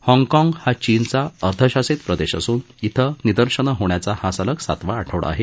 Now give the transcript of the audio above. हाँगकाँग हा चीनचा अर्ध शासित प्रदेश असून श्वे निदर्शनं होण्याचा हा सलग सातवा आठवडा आहे